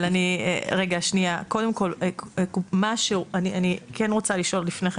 אבל קודם כל אני כן רוצה לשאול לפני כן,